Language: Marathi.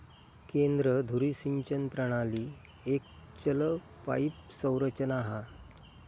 केंद्र धुरी सिंचन प्रणाली एक चल पाईप संरचना हा